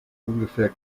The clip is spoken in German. ungefähr